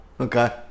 Okay